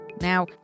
Now